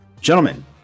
Gentlemen